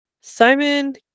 Simon